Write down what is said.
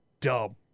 dumb